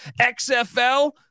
XFL